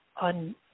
on